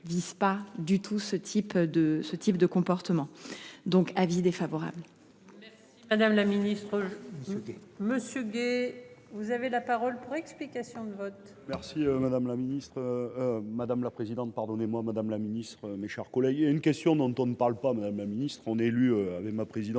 vise pas du tout ce type de ce type de comportement donc avis défavorable. Madame la Ministre. Monsieur Gay, vous avez la parole pour. Explications de vote. Merci madame la ministre. Madame la présidente, pardonnez-moi madame la ministre, mes chers collègues. Et une question dont on ne parle pas, madame la ministre en élu avait ma présidente